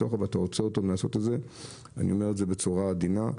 אני אומר את זה בצורה עדינה,